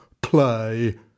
play